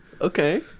Okay